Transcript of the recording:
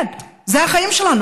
כן, אלה היו החיים שלנו.